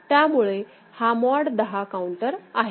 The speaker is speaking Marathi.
त्यामुळे हा मॉड 10 काऊंटर आहे